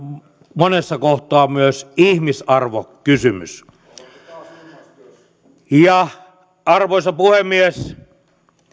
monessa kohtaa myös ihmisarvokysymys arvoisa puhemies